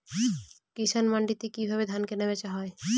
কৃষান মান্ডিতে কি ভাবে ধান কেনাবেচা হয়?